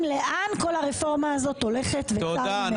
לאן כל הרפורמה הזאת הולכת וצר לי מאוד.